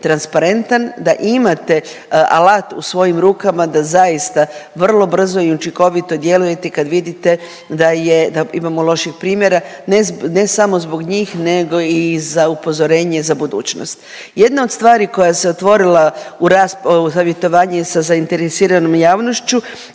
transparentan. Da imate alat u svojim rukama da zaista vrlo brzo i učinkovito djelujete i kad vidite da imamo loših primjera ne samo zbog njih, nego i za upozorenje za budućnost. Jedna od stvari koja se otvorila u savjetovanju sa zainteresiranom javnošću